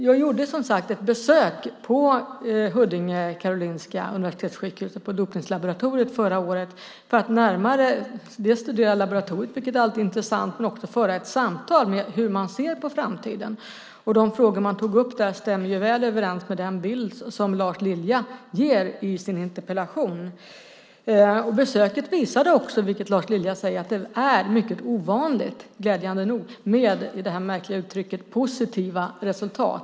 Jag gjorde som sagt ett besök på Karolinska universitetssjukhuset i Huddinge och på dopningslaboratoriet förra året för att studera laboratoriet närmare, vilket alltid är intressant, men också för att föra ett samtal om hur man ser på framtiden. De frågor man tog upp där stämmer väl överens med den bild som Lars Lilja ger i sin interpellation. Besöket visade också, vilket Lars Lilja säger, att det glädjande nog är mycket ovanligt med det i sammanhanget märkliga uttrycket "positiva resultat".